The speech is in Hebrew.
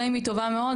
גם אם היא טובה מאוד,